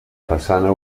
façana